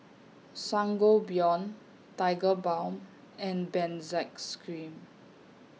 Sangobion Tigerbalm and Benzac scream